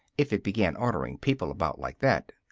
if it began ordering people about like that!